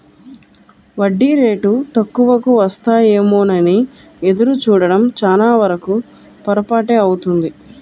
వడ్డీ రేటు తక్కువకు వస్తాయేమోనని ఎదురు చూడడం చాలావరకు పొరపాటే అవుతుంది